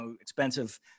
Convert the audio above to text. expensive